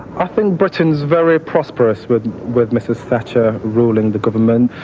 i think britain is very prosperous with with mrs thatcher ruling the government.